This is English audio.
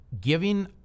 Giving